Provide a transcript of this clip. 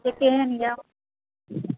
जे केहन यऽ